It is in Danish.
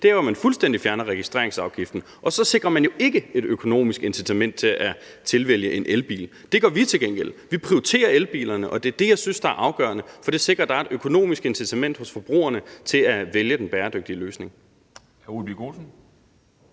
jo er, at man fuldstændig fjerner registreringsafgiften, og så sikrer man jo ikke et økonomisk incitament til at vælge en elbil. Det gør vi til gengæld. Vi prioriterer elbilerne, og det er det, jeg synes er afgørende, for det sikrer, at der er et økonomisk incitament hos forbrugerne til at vælge den bæredygtige løsning.